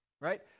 right